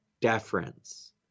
deference